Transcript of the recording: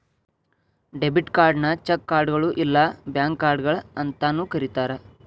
debit ಕಾರ್ಡ್ನ cheque ಕಾರ್ಡ್ಗಳು ಇಲ್ಲಾ ಬ್ಯಾಂಕ್ ಕಾರ್ಡ್ಗಳ ಅಂತಾನೂ ಕರಿತಾರ